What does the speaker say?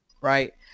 right